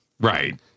Right